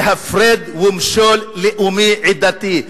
זה "הפרד ומשול" לאומי-עדתי.